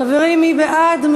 חברים, מי בעד?